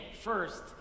first